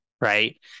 right